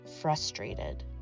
frustrated